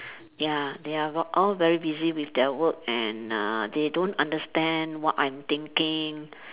ya they are all very busy with their work and uh they don't understand what I'm thinking